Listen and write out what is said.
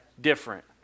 different